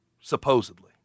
Supposedly